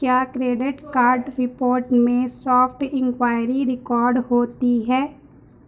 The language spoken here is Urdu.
کیا کریڈٹ کارڈ رپورٹ میں سافٹ انکوائری ریکارڈ ہوتی ہیں